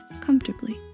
comfortably